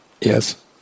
Yes